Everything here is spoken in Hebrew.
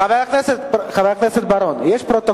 חבר הכנסת בר-און, יש פרוטוקול.